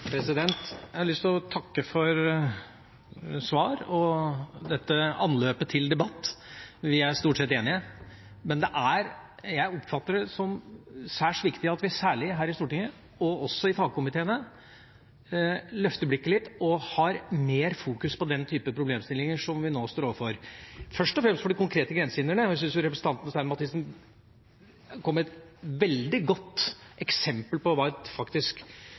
særs viktig at vi, særlig her i Stortinget og også i fagkomiteene, løfter blikket litt og fokuserer mer på den typen problemstillinger som vi nå stor overfor – først og fremst de konkrete grensehindrene. Jeg syns representanten Stein Mathisen kom med et veldig godt eksempel på hva et faktisk